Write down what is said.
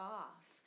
off